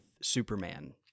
Superman